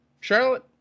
Charlotte